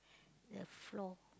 the floor